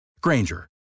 Granger